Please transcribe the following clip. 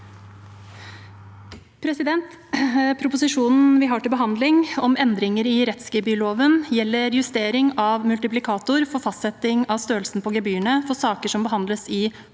sa- ken): Proposisjonen vi har til behandling, om endringer i rettsgebyrloven, gjelder justering av multiplikator for fastsetting av størrelsen på gebyrene for saker som behandles i